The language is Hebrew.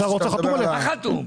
מה חתום?